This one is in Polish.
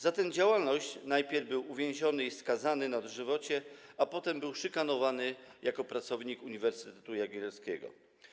Za tę działalność najpierw był uwieziony i skazany na dożywocie, a potem był szykanowany jako pracownik Uniwersytetu Jagiellońskiego.